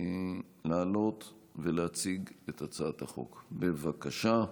לעלות ולהציג את הצעת החוק, בבקשה.